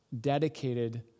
dedicated